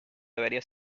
debería